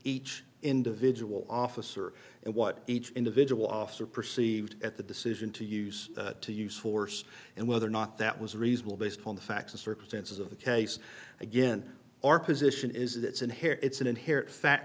each individual officer and what each individual officer perceived at the decision to use to use force and whether or not that was reasonable based upon the facts and circumstances of the case again our position is that it's an hair it's an inherent fa